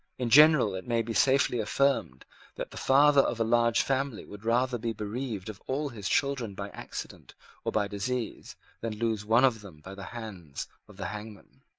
in general it may be safely affirmed that the father of a large family would rather be bereaved of all his children by accident or by disease than lose one of them by the hands of the hangman.